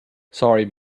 sorry